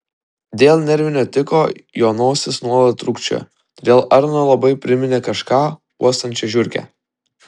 dėl nervinio tiko jo nosis nuolat trūkčiojo todėl arno labai priminė kažką uostančią žiurkę